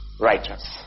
righteous